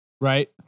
Right